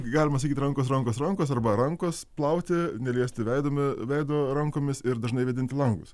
galima sakyt rankos rankos rankos arba rankos plauti neliesti veido veido rankomis ir dažnai vėdinti langus